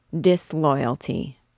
Disloyalty